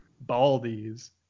baldies